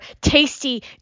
tasty